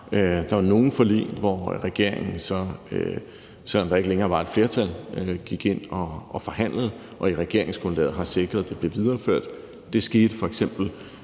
Der er nogle forlig, hvor regeringen, selv om der ikke længere var et flertal, gik ind og forhandlede – og i regeringsgrundlaget sikrede man, at det blev videreført. Det skete f.eks.